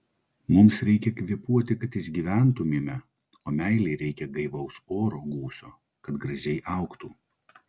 mums reikia kvėpuoti kad išgyventumėme o meilei reikia gaivaus oro gūsio kad gražiai augtų